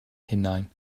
hunain